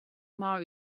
mei